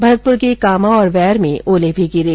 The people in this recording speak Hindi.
भरतपुर के कामा और वैर में ओले भी गिरे